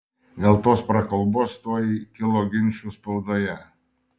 dėl tos prakalbos tuoj kilo ginčų spaudoje